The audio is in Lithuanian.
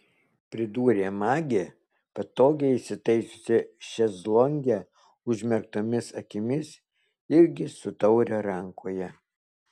pridūrė magė patogiai įsitaisiusi šezlonge užmerktomis akimis irgi su taure rankoje